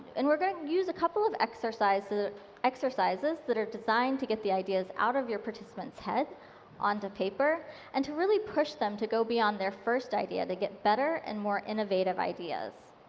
and we're going to use a couple of exercises ah exercises that are designed to get the ideas out of your participant's head on to paper and to really push them to go beyond their first idea. they get better and more innovative ideas.